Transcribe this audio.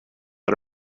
let